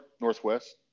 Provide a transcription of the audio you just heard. Northwest